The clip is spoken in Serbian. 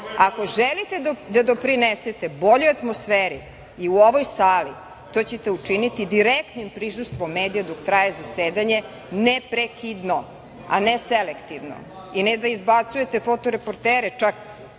ako želite da doprinesete boljoj atmosferi i u ovoj sali to ćete učiniti direktnim prisustvom medija dok traje zasedanje neprekidno, a ne selektivno i ne da izbacujete fotoreporter, koji